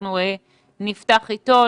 אנחנו נפתח אתו.